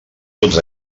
tots